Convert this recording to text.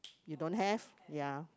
you don't have ya